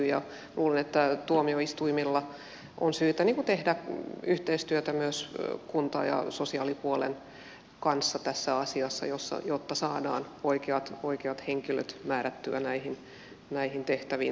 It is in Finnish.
luulen että tuomioistuimilla on syytä tehdä yhteistyötä myös kunta ja sosiaalipuolen kanssa tässä asiassa jotta saadaan oikeat henkilöt määrättyä näihin tehtäviin tukihenkilöiksi